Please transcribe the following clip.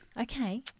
Okay